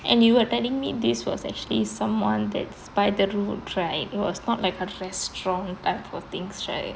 and you were telling me this was actually someone that's by the road right was not like a restaurant type of things right